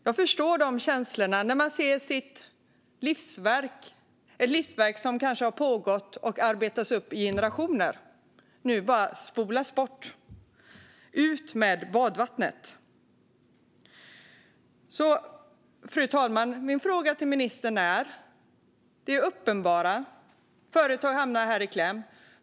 Jag förstår känslorna när man nu ser sitt livsverk - ett livsverk som kanske har arbetats upp under generationer - spolas ut med badvattnet. Min fråga till ministern är därför, fru talman: Det är uppenbart att företag hamnar i kläm.